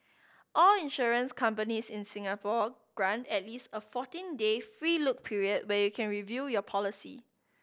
all insurance companies in Singapore grant at least a fourteen day free look period where you can review your policy